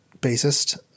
bassist